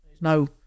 No